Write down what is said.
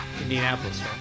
Indianapolis